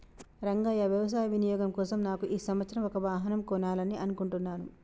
రంగయ్య వ్యవసాయ వినియోగం కోసం నాకు ఈ సంవత్సరం ఒక వాహనం కొనాలని అనుకుంటున్నాను